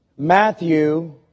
Matthew